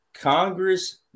Congress